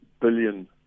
billion